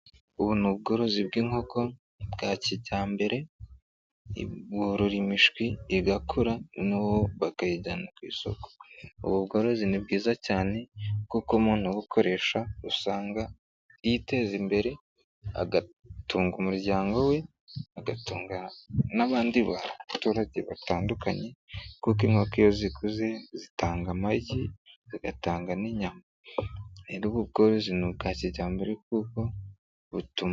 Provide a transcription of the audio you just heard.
Ubu ni ubworozi bw'inkoko bwa kijyambere, borora imishwi igakura noneho bakayijyana ku isoko. Ubu bworozi ni bwiza cyane kuko umuntu ubukoresha usanga yiteza imbere agatunga umuryango we. Agatunga n'abandi baturage batandukanye kuko inkoko iyo zikuze zitanga amagi zigatanga n'inyama, rero ubu bworozi ni ubwakijyambere kuko butuma...